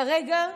כרגע,